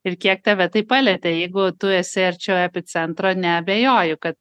ir kiek tave tai palietė jeigu tu esi arčiau epicentro neabejoju kad